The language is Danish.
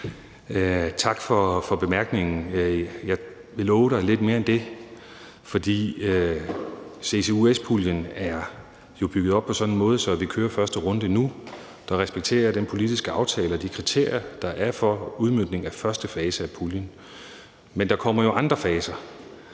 tak for bemærkningen. Jeg vil love dig lidt mere end det, for CCUS-puljen er jo bygget op på sådan en måde, at vi kører første runde nu. Der respekterer jeg den politiske aftale og de kriterier, der er for udmøntningen af første fase af puljen, men der kommer jo andre faser.